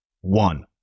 One